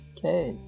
Okay